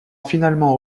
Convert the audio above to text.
finalement